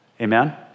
Amen